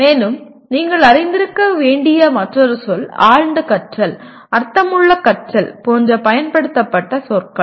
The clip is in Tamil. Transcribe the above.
மேலும் நீங்கள் அறிந்திருக்க வேண்டிய மற்றொரு சொல் ஆழ்ந்த கற்றல் அர்த்தமுள்ள கற்றல் போன்ற பயன்படுத்தப்பட்ட சொற்கள்